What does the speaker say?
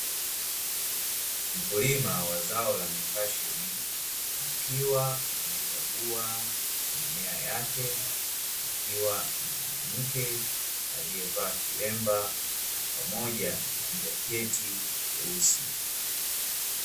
Mkulima wa zao la mipasheni akiwa anakagua mazao yake akiwa na mwanamke aliyevaa kilemba pamoja na jaketi jeusi.